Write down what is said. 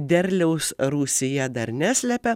derliaus rūsyje dar neslepia